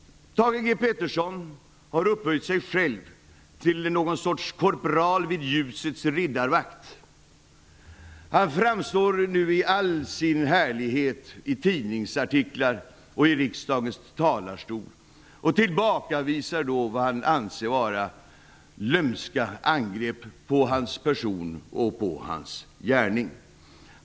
Thage G Peterson har upphöjt sig själv till någon sorts korpral i ljusets riddarvakt. Han framstår nu i all sin härlighet i tidningsartiklar och i riksdagens talarstol och tillbakavisar då vad han anser vara lömska angrepp på hans person och gärning.